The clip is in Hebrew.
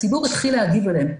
הציבור התחיל להגיב אליהן,